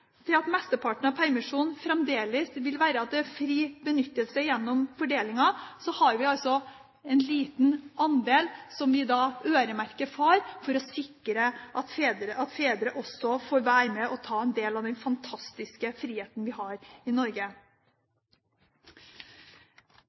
til at mesteparten av permisjonen fremdeles vil være til fri benyttelse gjennom fordelingen, har vi en liten andel som vi øremerker far for å sikre at fedre også får være med og ta del i den fantastiske friheten vi har i Norge.